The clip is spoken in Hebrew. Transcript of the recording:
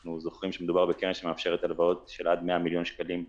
אנחנו זוכרים שמדובר בקרן שמאפשרת הלוואות של עד 100 מיליון שקלים לעסק,